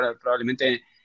probablemente